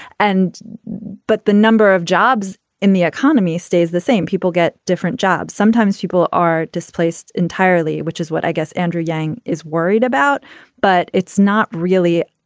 and but the number of jobs in the economy stays the same. people get different jobs sometimes people are displaced entirely which is what i guess andrew yang is worried about but it's not really